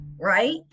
right